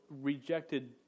rejected